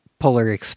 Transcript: Polar